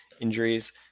injuries